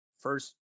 First